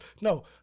No